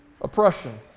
oppression